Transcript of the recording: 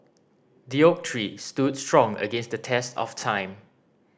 the oak tree stood strong against the test of time